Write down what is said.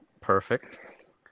perfect